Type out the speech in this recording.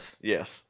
Yes